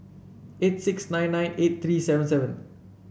eight six nine nine eight three seven seven